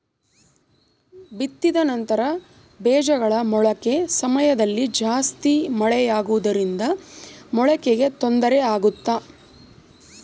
ಬಿತ್ತಿದ ನಂತರ ಬೇಜಗಳ ಮೊಳಕೆ ಸಮಯದಲ್ಲಿ ಜಾಸ್ತಿ ಮಳೆ ಆಗುವುದರಿಂದ ಮೊಳಕೆಗೆ ತೊಂದರೆ ಆಗುತ್ತಾ?